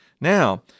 Now